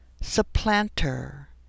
supplanter